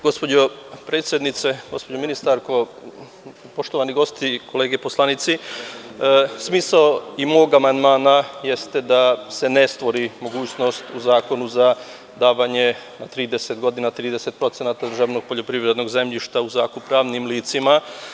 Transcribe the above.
Gospođo predsednice, gospođo ministarko, poštovani gosti, kolege poslanici, smisao mog amandmana jeste da se ne stvori mogućnost u zakonu za davanje na 30 godina, 30% državnog poljoprivrednog zemljišta u zakup radnim licima.